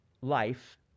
life